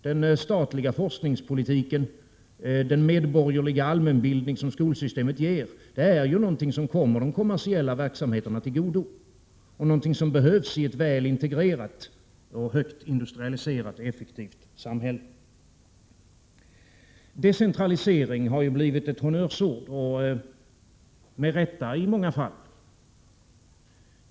Den statliga forskningspolitiken, den medborgerliga allmänbildning som skolsystemet ger, är någonting som kommer de kommersiella verksamheterna till godo och någonting som behövs i ett väl integrerat och högt industrialiserat effektivt samhälle. Decentralisering har blivit ett honnörsord och med rätta i många fall.